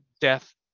death